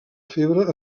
febre